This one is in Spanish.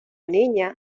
niña